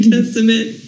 Testament